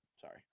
Sorry